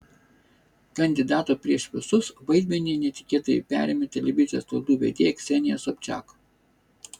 kandidato prieš visus vaidmenį netikėtai perėmė televizijos laidų vedėja ksenija sobčiak